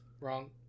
Wrong